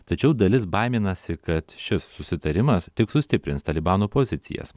tačiau dalis baiminasi kad šis susitarimas tik sustiprins talibano pozicijas